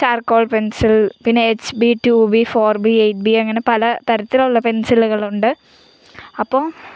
charcoal pencil പിന്നെ H B two B four B eight B അങ്ങനെ പല തരത്തിലുള്ള പെൻസിലുകളുണ്ട് അപ്പോൾ